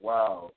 Wow